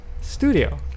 studio